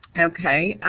okay.